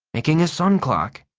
making a sun clock,